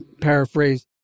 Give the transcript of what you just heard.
paraphrase